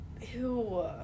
Ew